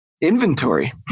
inventory